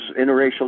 interracial